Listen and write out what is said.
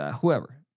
whoever